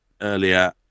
earlier